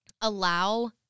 allow